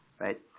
right